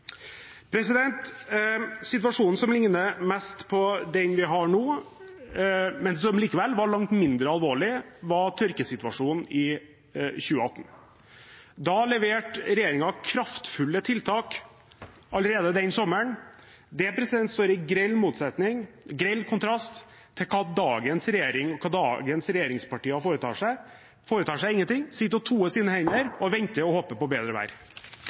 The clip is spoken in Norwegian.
Situasjonen som ligner mest på den vi har nå, men som likevel var langt mindre alvorlig, var tørkesituasjonen i 2018. Da leverte regjeringen kraftfulle tiltak allerede den sommeren. Det står i grell kontrast til hva dagens regjering og hva dagens regjeringspartier foretar seg. De foretar seg ingenting, men sitter og toer sine hender og venter og håper på bedre